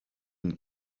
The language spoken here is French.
une